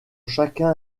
chacun